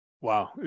Wow